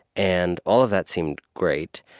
and all of that seemed great.